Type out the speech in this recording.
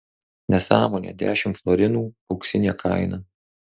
nesąmonė dešimt florinų auksinė kaina